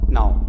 Now